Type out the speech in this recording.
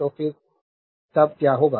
तो फिर तब क्या होगा